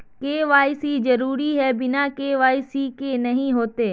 KYC जरुरी है बिना के.वाई.सी के नहीं होते?